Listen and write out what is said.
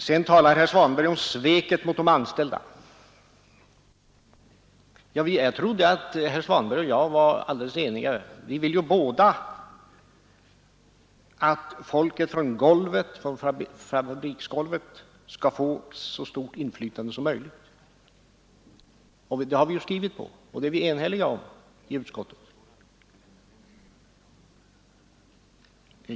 Sedan talar herr Svanberg om sveket mot de anställda. Jag trodde att herr Svanberg och jag var alldeles eniga. Vi vill båda att folket på fabriksgolvet skall få så stort inflytande som möjligt. Det har vi skrivit i utskottsbetänkandet, och det var vi eniga om i utskottet.